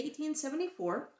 1874